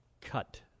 cut